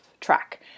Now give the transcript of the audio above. track